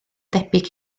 debyg